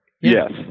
yes